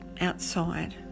outside